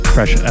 Fresh